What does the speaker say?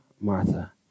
Martha